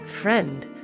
friend